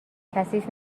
کثیف